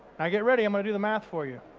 now get ready, i'm gonna do the math for you.